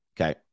Okay